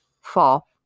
fall